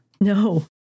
No